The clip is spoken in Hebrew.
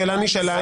השאלה נשאלה,